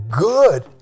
good